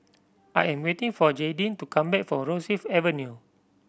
I am waiting for Jaidyn to come back for Rosyth Avenue